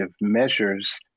measures